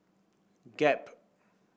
gap